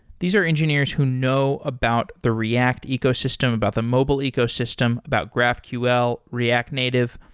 these are engineers who know about the react ecosystem, about the mobile ecosystem, about graphql, react native.